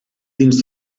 dins